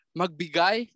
magbigay